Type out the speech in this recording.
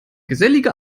gesellige